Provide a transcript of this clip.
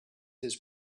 his